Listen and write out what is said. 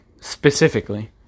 specifically